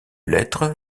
lettres